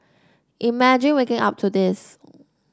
imagine waking up to this